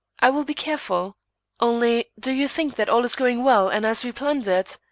i will be careful only do you think that all is going well and as we planned it?